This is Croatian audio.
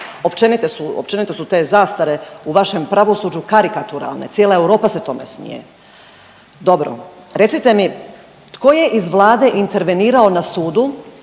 Općenito su te zastare u vašem pravosuđu karikaturalne, cijela Europa se tome smije. Dobro, recite mi tko je iz Vlade intervenirao na sudu